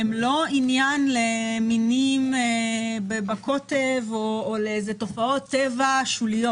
הוא לא עניין למינים בקוטב או לתופעות טבע שוליות.